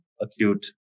acute